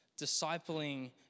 discipling